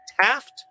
Taft